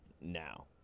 now